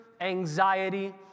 anxiety